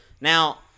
Now